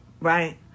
Right